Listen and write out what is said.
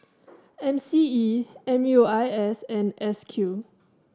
M C E M U I S and S Q